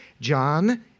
John